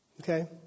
okay